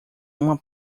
uma